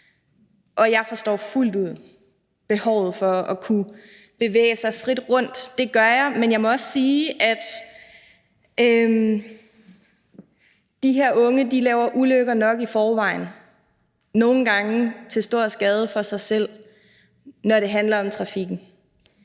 og jeg forstår fuldt ud behovet for at kunne bevæge sig frit rundt. Det gør jeg, men jeg må også sige, at de her unge laver ulykker nok i forvejen – nogle gange til stor skade for sig selv – når det handler om trafikken,